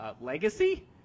Legacy